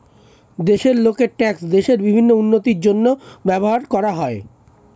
দেশের লোকের ট্যাক্স দেশের বিভিন্ন উন্নতির জন্য ব্যবহার করা হয়